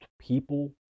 people